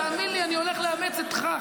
תאמין לי, אני הולך לאמץ אותך.